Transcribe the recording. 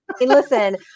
listen